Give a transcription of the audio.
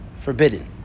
forbidden